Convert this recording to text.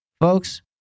folks